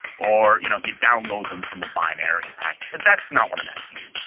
or you know you download them from a binary pack, that's not what i'm asking you.